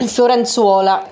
Fiorenzuola